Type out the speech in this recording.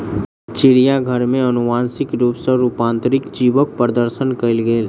चिड़ियाघर में अनुवांशिक रूप सॅ रूपांतरित जीवक प्रदर्शन कयल गेल